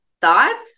thoughts